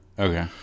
Okay